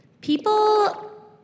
People